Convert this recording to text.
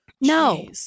No